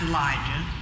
Elijah